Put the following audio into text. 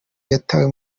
yatawe